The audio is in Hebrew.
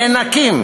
נאנקים,